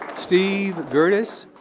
steve curtis.